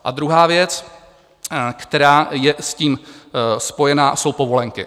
A druhá věc, která je s tím spojená, jsou povolenky.